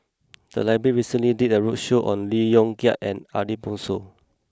the library recently did a roadshow on Lee Yong Kiat and Ariff Bongso